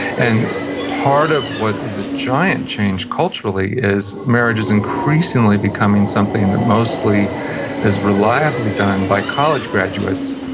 and part of what is a giant change culturally is marriage is increasingly becoming something that mostly is reliably done by college graduates,